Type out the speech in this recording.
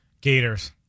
Gators